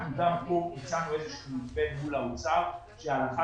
אנחנו גם כאן הצענו איזושהי הצעה לאוצר שהלכה